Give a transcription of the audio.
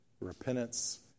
repentance